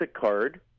card